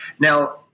Now